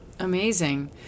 Amazing